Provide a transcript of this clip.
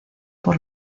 por